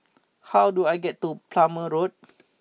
how do I get to Plumer Road